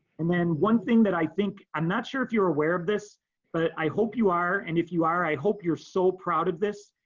and then one thing that i think, i'm not sure if you're aware of but i hope you are. and if you are, i hope you're so proud of this.